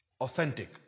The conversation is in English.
authentic